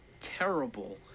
Terrible